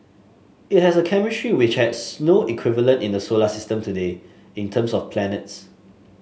it has a chemistry which has no equivalent in the solar system today in terms of planets